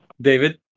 David